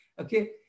Okay